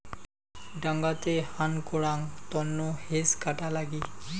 ডাঙাতে হান করাং তন্ন হেজ কাটা লাগি